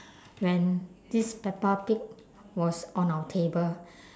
when this peppa pig was on our table